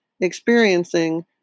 experiencing